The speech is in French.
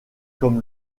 comme